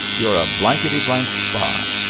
you're a blanketty-blank spy!